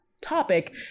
topic